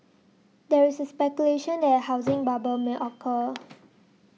there is a speculation that a housing bubble may occur